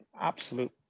absolute